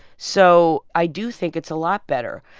so i do think it's a lot better.